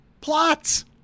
plots